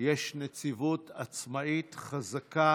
יש נציבות עצמאית, חזקה